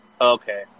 Okay